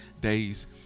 days